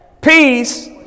peace